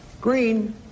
Green